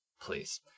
please